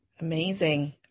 amazing